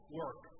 work